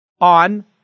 on